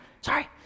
sorry